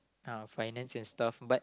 uh finance and stuff but